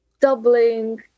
doubling